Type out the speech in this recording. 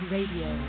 Radio